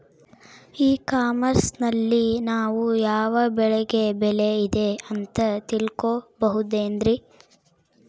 E commerce ನಲ್ಲಿ ನಾವು ಯಾವ ಬೆಳೆಗೆ ಬೆಲೆ ಇದೆ ಅಂತ ತಿಳ್ಕೋ ಬಹುದೇನ್ರಿ?